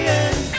end